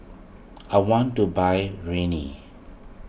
I want to buy Rene